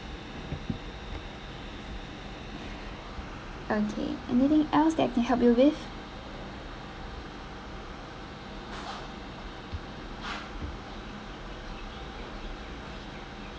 okay anything else that I can help you with